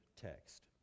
text